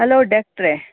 hello ಡಾಕ್ಟ್ರೆ